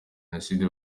jenoside